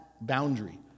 boundary